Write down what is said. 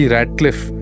Radcliffe